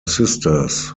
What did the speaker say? sisters